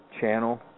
channel